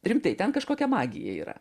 rimtai ten kažkokia magija yra